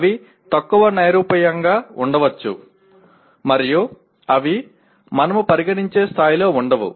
అవి తక్కువ నైరూప్యంగా ఉండవచ్చు మరియు అవి మనము పరిగణించే స్థాయిలో ఉండవు